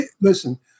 Listen